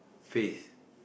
face